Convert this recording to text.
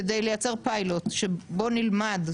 כדי לייצר פיילוט ובו נלמד,